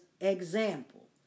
example